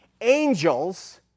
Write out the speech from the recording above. angels